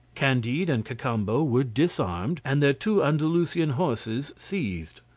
candide and cacambo were disarmed, and their two andalusian horses seized.